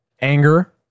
anger